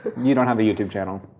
you don't have a youtube channel.